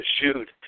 shoot